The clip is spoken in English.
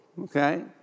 okay